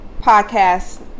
podcast